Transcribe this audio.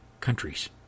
countries